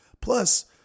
Plus